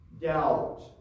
doubt